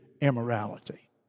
immorality